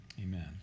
Amen